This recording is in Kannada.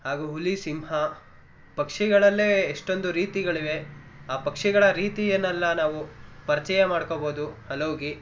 ಹಾಗೂ ಹುಲಿ ಸಿಂಹ ಪಕ್ಷಿಗಳಲ್ಲೇ ಎಷ್ಟೊಂದು ರೀತಿಗಳಿವೆ ಆ ಪಕ್ಷಿಗಳ ರೀತಿಯನ್ನೆಲ್ಲ ನಾವು ಪರಿಚಯ ಮಾಡ್ಕೊಳ್ಬೋದು ಅಲ್ಲೋಗಿ